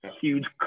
huge